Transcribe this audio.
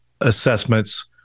assessments